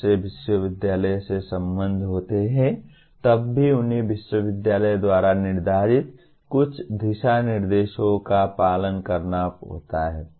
जब वे विश्वविद्यालय से संबद्ध होते हैं तब भी उन्हें विश्वविद्यालय द्वारा निर्धारित कुछ दिशानिर्देशों का पालन करना होता है